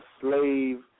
slave